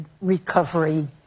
Recovery